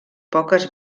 poques